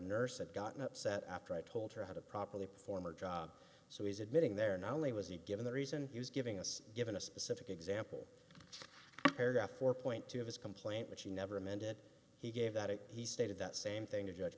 nurse had gotten upset after i told her how to properly perform or job so he's admitting there not only was he given the reason he was giving us given a specific example paragraph or point two of his complaint which he never meant it he gave that it he stated that same thing to judge